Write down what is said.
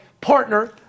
partner